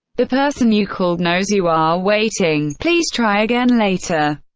the person you called knows you are waiting please try again later.